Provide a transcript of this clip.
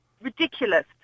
ridiculous